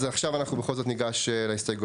אז עכשיו אנחנו בכל זאת ניגש להסתייגויות